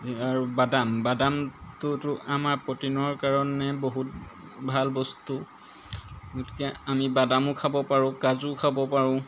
আৰু বাদাম বাদামটোতো আমাৰ প্ৰটিনৰ কাৰণে বহুত ভাল বস্তু গতিকে আমি বাদামো খাব পাৰোঁ কাজুও খাব পাৰোঁ